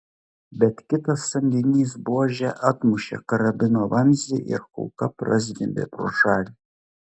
bet kitas samdinys buože atmušė karabino vamzdį ir kulka prazvimbė pro šalį